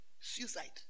suicide